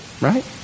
right